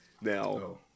Now